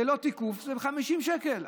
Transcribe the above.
ללא תיקוף זה 50 שקל.